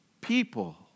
people